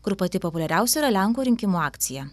kur pati populiariausia yra lenkų rinkimų akcija